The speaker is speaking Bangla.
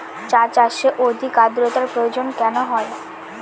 চা চাষে অধিক আদ্রর্তার প্রয়োজন কেন হয়?